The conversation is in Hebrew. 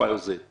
"וואי" או "זד",